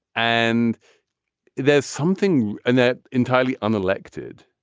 and there's something in that entirely unelected,